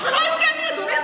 אבל זו לא הייתי אני, אדוני.